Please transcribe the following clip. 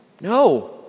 No